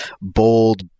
bold